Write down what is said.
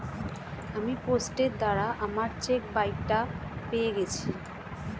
আমি পোস্টের দ্বারা আমার চেকবইটা পেয়ে গেছি